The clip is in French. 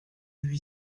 huit